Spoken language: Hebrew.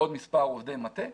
עוד מספר עובדי מטה,